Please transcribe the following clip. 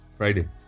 Friday